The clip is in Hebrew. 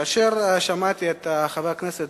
כאשר שמעתי את חבר הכנסת